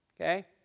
Okay